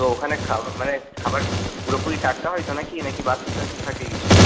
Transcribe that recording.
তো ওখানে খা মানে খাবার পুরোপুরি টাটকা হয় তো না কি না কি বাসি টাসি থাকে কিছু